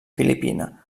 filipina